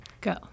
Go